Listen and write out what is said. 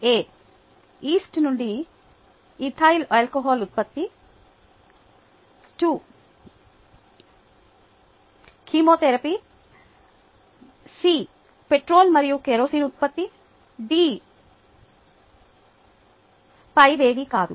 yeast నుండి ethyl alcohol ఉత్పత్తి బికెమోథెరపీ సిపెట్రోల్ మరియు కిరోసిన్ ఉత్పత్తి డిపైవేవీ కాదు